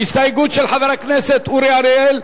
הסתייגות של חבר הכנסת אורי אריאל,